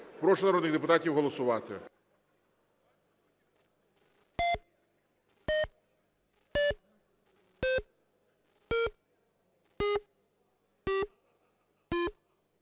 Прошу народних депутатів голосувати.